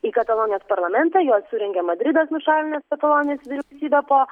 į katalonijos parlamentą juos surengė madridas nušalinęs katalonijos vyriausybę po